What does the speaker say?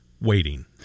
waiting